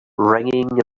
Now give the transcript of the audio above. ringing